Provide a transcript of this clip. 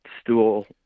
stool